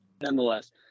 nonetheless